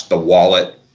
the wallet,